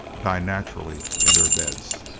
die naturally in their beds!